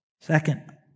Second